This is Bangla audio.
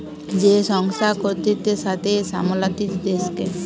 যে সংস্থা কর্তৃত্বের সাথে সামলাতিছে দেশকে